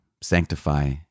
sanctify